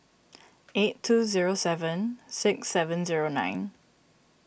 eight two zero seven six seven zero nine